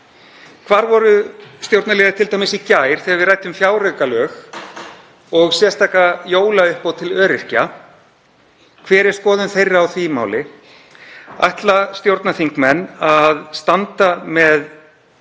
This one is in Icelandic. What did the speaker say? Hvar voru stjórnarliðar t.d. í gær þegar við ræddum um fjáraukalög og sérstaka jólauppbót til öryrkja? Hver er skoðun þeirra á því máli? Ætla stjórnarþingmenn að standa með